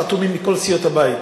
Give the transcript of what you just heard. חתומים מכל סיעות הבית,